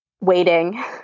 Waiting